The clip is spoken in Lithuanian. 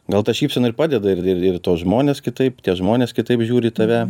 gal ta šypsena ir padeda ir ir ir į tuos žmones kitaip tie žmonės kitaip žiūri į tave